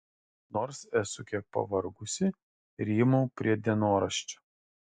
nors esu kiek pavargusi rymau prie dienoraščio